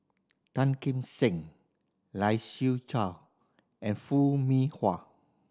Tan Kim Seng Lai Siu Chiu and Foo Mee Har